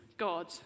God